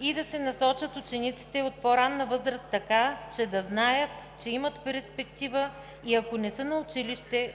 и да се насочат учениците от по-ранна възраст така, че да знаят, че имат перспектива и ако са на училище,